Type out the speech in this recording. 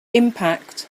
impact